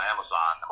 Amazon